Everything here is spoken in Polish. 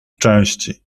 części